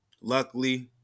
Luckily